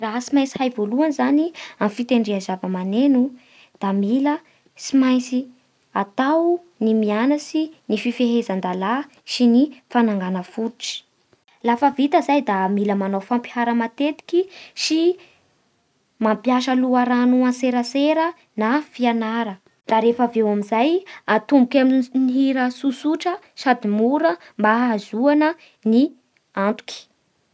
Raha tsy maintsy hay voalohany zany amin'ny fitendrea zava-maneno, da mila tsy maintsy atao ny mianatsy ny fifehezan-dalà sy ny fanangana fototsy, lafa vita zay da mila manao fampihara matetiky sy mampiasa loharano antserasera na fianara, da rehefa avy eo amin'izay atomboka amin'ny hira tsotsotra sady mora mba ahazoana ny antoky.